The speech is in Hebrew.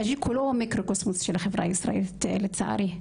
אג'יק הוא לא מיקרוקוסמוס של החברה הישראלית לצערי,